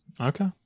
Okay